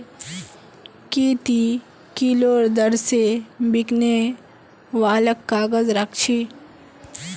की ती किलोर दर स बिकने वालक काग़ज़ राख छि